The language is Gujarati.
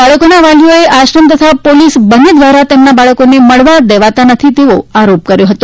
બાળકોના વાલીઓએ આશ્રમ તથા પોલીસ બંને દ્વારા તેમના બાળકોને મળવા દેવાતા નથી તેનો આરોપ કર્યો હતો